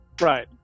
Right